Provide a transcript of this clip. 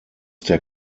der